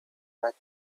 that